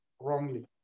wrongly